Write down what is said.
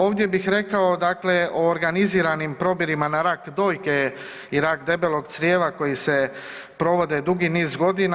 Ovdje bih rekao dakle o organiziranim probirima na rak dojke i rak debelog crijeva koji se provode dugi niz godina.